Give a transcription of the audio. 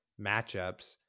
matchups